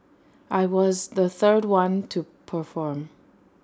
I was the third one to perform